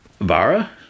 Vara